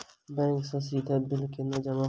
Bank सँ सीधा bill केना जमा होइत?